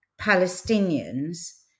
Palestinians